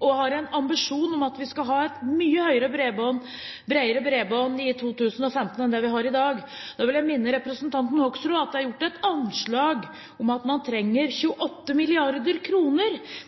og at de har en ambisjon om at vi skal ha et mye bredere bredbånd i 2015 enn det vi har i dag. Da vil jeg minne representanten Hoksrud på at det er gjort et anslag om at man trenger 28 mrd. kr